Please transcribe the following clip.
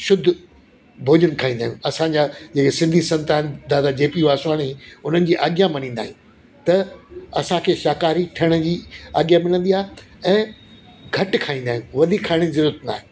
शुद्ध भोजन खाईंदा आहियूं असांजा जेके सिंधी संत आहिनि दादा जे पी वासवाणी उन्हनि जी आज्ञा मञिदा आहियूं त असांखे शाकाहारी ठहण जी आज्ञा मिलंदी आहे ऐं घटि खाईंदा आहियूं वधीक खाइण जी ज़रूरुत न आहे